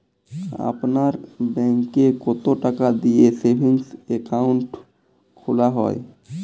আপনার ব্যাংকে কতো টাকা দিয়ে সেভিংস অ্যাকাউন্ট খোলা হয়?